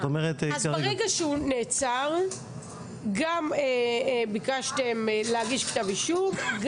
אז ברגע שהוא נעצר גם ביקשתם להגיש כתב אישום,